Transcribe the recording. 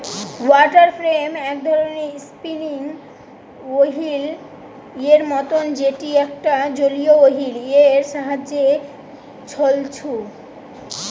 water frame এক ধরণের spinning wheel এর মতন যেটি একটা জলীয় ওহীল এর সাহায্যে ছলছু